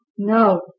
No